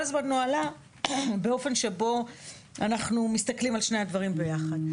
הזמן נוהל באופן שבו אנחנו מסתכלים על שני הדברים ביחד.